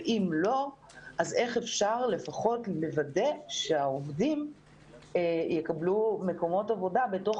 ואם לא אז איך אפשר לפחות לוודא שהעובדים יקבלו מקומות עבודה בתוך